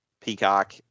Peacock